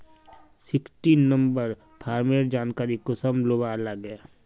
Sixteen number farmer जानकारी कुंसम लुबा लागे?